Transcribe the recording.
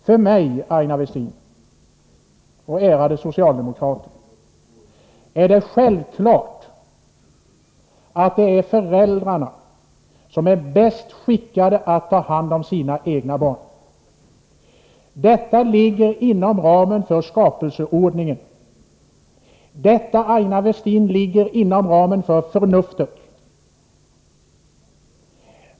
För mig, Aina Westin och ärade socialdemokrater, är det självklart att det är föräldrarna som är bäst skickade att ta hand om sina egna barn. Detta ligger inom ramen för skapelseordningen. Detta, Aina Westin, ligger inom ramen för förnuftet.